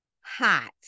hot